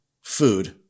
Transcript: food